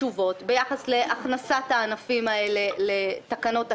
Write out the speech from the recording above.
תשובות ביחס להכנסת הענפים האלה לתקנות הקבע.